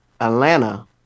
Atlanta